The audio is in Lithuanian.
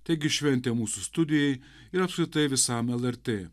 taigi šventė mūsų studijai ir apskritai visam lrt